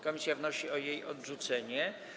Komisja wnosi o jej odrzucenie.